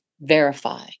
verify